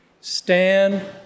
Stand